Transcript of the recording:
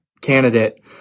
candidate